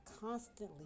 constantly